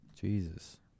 Jesus